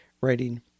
writing